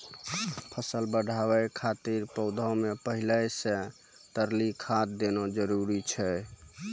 फसल बढ़ाबै खातिर पौधा मे पहिले से तरली खाद देना जरूरी छै?